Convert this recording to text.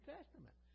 Testament